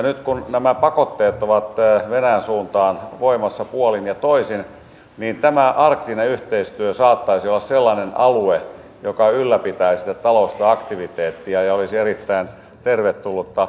nyt kun nämä pakotteet ovat venäjän suuntaan voimassa puolin ja toisin niin tämä arktinen yhteistyö saattaisi olla sellainen alue joka ylläpitäisi sitä taloudellista aktiviteettia ja olisi erittäin tervetullutta